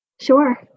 Sure